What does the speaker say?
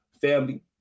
family